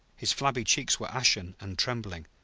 his flabby cheeks were ashen and trembling,